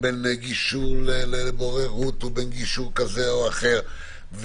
בין גישור לבוררות ובין גישור כזה או אחר,